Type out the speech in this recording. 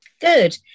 Good